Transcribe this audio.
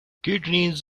kidneys